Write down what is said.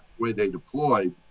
where they deploy.